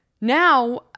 now